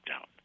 out